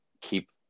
keep